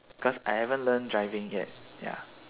cause I haven't learnt driving yet ya